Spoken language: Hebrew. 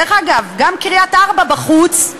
דרך אגב, גם קריית-ארבע בחוץ,